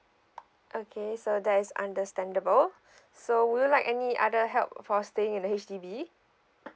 okay so that is understandable so would you like any other help for staying in the H_D_B